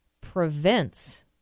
prevents